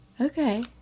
okay